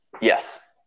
Yes